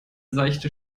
seichte